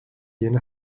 yeni